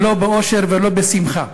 ולא באושר ולא בשמחה.